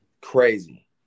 Crazy